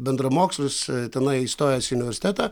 bendramokslius tenai įstojęs į universitetą